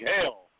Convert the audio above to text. hell